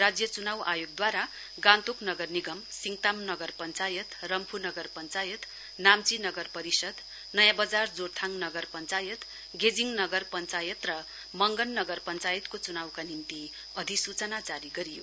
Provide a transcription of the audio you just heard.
राज्य चुनाउ आयोगद्वारा गान्तोक नगर निगम सिङताम नगर पश्चायत रम्फू नगर पश्चायत नाम्वी नगर परिषद नयाँ बजार जोरथाङ नगर पश्चायत गेजिङ नगर पश्चायत र मगन नगर पञ्चायतको चुनाउका निम्ति अधिसूचना जारी गरियो